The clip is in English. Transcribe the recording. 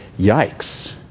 yikes